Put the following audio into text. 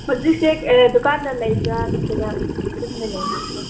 ꯍꯧꯖꯤꯛꯁꯦ ꯗꯨꯀꯥꯟꯗ ꯂꯩꯕ꯭ꯔꯥ ꯅꯠꯇ꯭ꯔꯒ ꯌꯨꯝꯗ ꯂꯩꯕ꯭ꯔꯥꯀꯣ